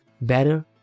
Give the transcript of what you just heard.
better